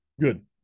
Good